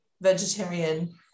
vegetarian